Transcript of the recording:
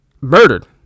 murdered